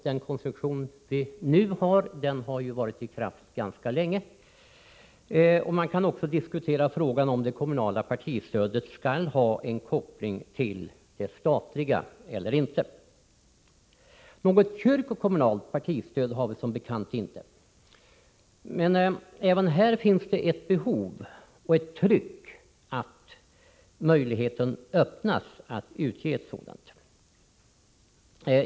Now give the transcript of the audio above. Den konstruktion vi nu har gäller ju sedan ganska lång tid. Man kan också diskutera frågan om det kommunala partistödet skall ha en koppling till det statliga eller inte. Något kyrkokommunalt partistöd har vi som bekant inte. Men även när det gäller att öppna denna möjlighet finns det ett behov och ett tryck.